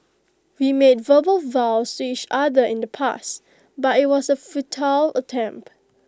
we made verbal vows to each other in the past but IT was A futile attempt